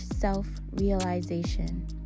Self-realization